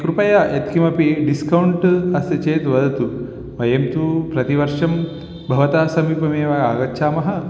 कृपया यत्किमपि डिस्कौण्ट् अस्ति चेत् वदतु वयं तु प्रतिवर्षं भवतः समीपमेव आगच्छामः